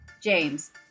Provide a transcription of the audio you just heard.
James